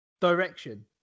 direction